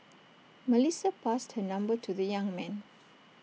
Melissa passed her number to the young man